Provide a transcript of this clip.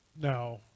Now